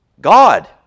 God